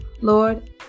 Lord